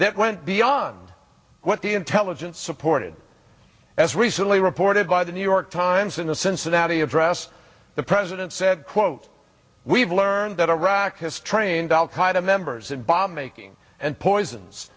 that went beyond what the intelligence supported as recently reported by the new york times in the cincinnati address the president said quote we've learned that iraq has trained al qaeda members in bomb making and poisons